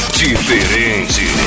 diferente